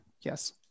yes